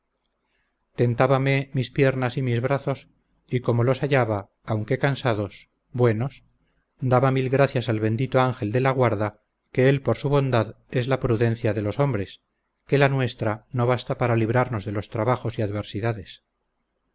descuartizarme tentabame mis piernas y mis brazos y como los hallaba aunque cansados buenos daba mil gracias al bendito ángel de la guarda que él por su bondad es la prudencia de los hombres que la nuestra no basta para librarnos de los trabajos y adversidades